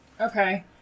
okay